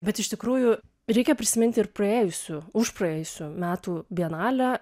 bet iš tikrųjų reikia prisiminti ir praėjusių užpraėjusių metų bienalę